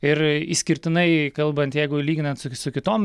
ir išskirtinai kalbant jeigu lyginant su su kitom